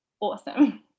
awesome